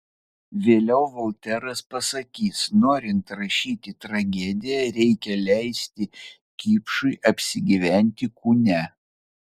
vėliau volteras pasakys norint rašyti tragediją reikia leisti kipšui apsigyventi kūne